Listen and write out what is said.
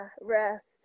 rest